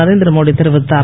நரேந்திரமோடி தெரிவித்தார்